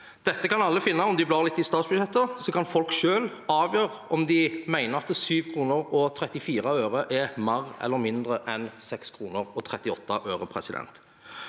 Dette kan alle finne om de blar litt i statsbudsjettet, så kan folk selv avgjøre om de mener at 7,34 kr er mer eller mindre enn 6,38 kr. Et annet